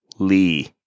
Lee